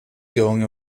going